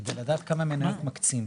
כדי לדעת כמה מניות מקצים,